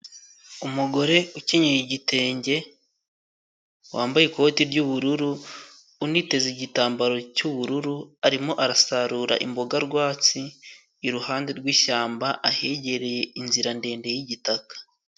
Umugore ukenyeye igitenge, wambaye ikoti ry'ubururu, uniteze igitambaro cy'ubururu, arimo arasarura imboga rwatsi iruhande rw'ishyamba ahegereye inzira ndende y'igitaka.